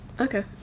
okay